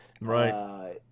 Right